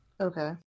Okay